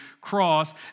cross